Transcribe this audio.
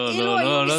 לא, לא, לא.